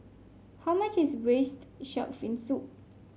how much is Braised Shark Fin Soup